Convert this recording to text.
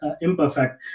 imperfect